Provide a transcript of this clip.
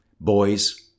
Boys